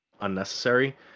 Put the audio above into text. unnecessary